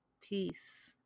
Peace